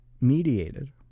mediated